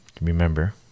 remember